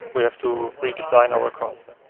we have to redesign our cars then.